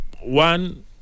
one